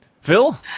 Phil